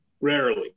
Rarely